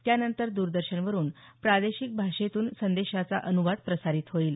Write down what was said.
त्यानंतर दरदर्शनवरून प्रादेशिक भाषेतून संदेशाचा अनुवाद प्रसारित होईल